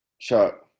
Chuck